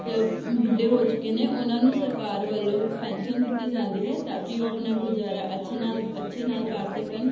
ਬੁੱਢੇ ਹੋ ਚੁੱਕੇ ਨੇ ਉਹਨਾਂ ਨੂੰ ਸਰਕਾਰ ਵੱਲੋਂ ਪੈਨਸ਼ਨ ਦਿੱਤੀ ਜਾਂਦੀ ਹੈ ਤਾਂ ਕਿ ਉਹ ਆਪਣਾ ਗੁਜ਼ਾਰਾ ਅੱਛੇ ਨਾਲ ਅੱਛੇ ਨਾਲ ਕਰ ਸਕਣ